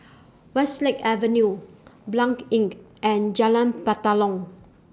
Westlake Avenue Blanc Inn and Jalan Batalong